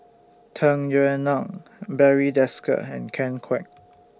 Tung Yue Nang Barry Desker and Ken Kwek